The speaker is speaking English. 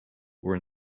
were